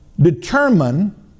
determine